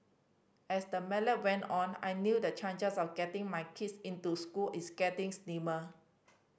as the melon went on I knew the chances of getting my kids into school it's getting slimmer